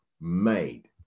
made